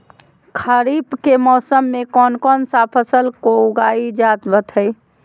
खरीफ के मौसम में कौन कौन सा फसल को उगाई जावत हैं?